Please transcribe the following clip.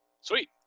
Sweet